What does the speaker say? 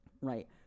right